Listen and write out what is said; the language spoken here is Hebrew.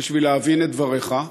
בשביל להבין את דבריך.